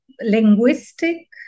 linguistic